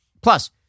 Plus